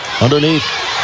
underneath